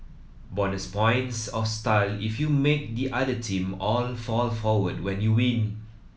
bonus points of style if you make the other team all fall forward when you win